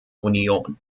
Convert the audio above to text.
union